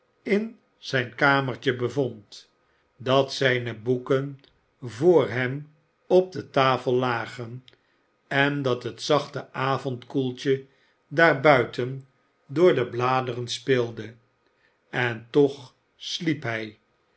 in zijn kamertje bevond dat zijne boeken vr hem op de tafel lagen en dat het zachte avondkoeltje daar buiten door de bladeren speelde en toch sliep hij